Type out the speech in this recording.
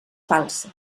falsa